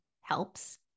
helps